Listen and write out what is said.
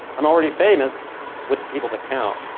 i'm already famous with the people that count.